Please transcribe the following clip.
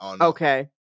Okay